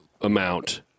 amount